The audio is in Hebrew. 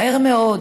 מהר מאוד